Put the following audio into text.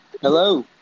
Hello